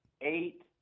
eight